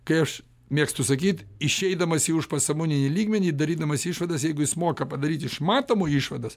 kai aš mėgstu sakyt išeidamas į už sąmoninį lygmenį darydamas išvadas jeigu jis moka padaryt iš matomo išvadas